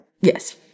yes